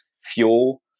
fuel